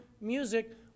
music